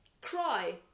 cry